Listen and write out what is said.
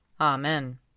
Amen